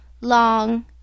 long